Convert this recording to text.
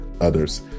others